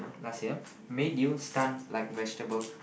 last year made you stunned like vegetable